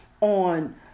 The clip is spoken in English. on